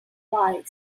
wise